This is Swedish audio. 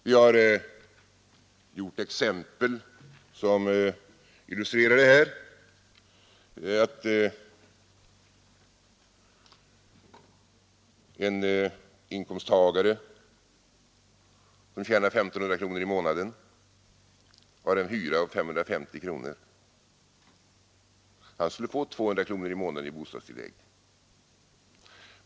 Vi har gett exempel som illustrerar det här. En inkomsttagare som tjänar 1 500 kronor i månaden och har en hyra på 550 kronor skulle få 200 kronor i månaden i bostadstillägg.